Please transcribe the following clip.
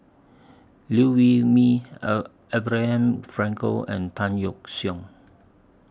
Liew Wee Mee A Abraham Frankel and Tan Yeok Seong